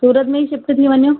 सूरत में ई शिफ्ट थी वञो